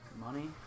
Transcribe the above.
money